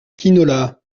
quinola